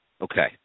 Okay